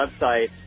website